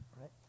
Right